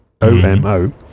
o-m-o